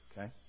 Okay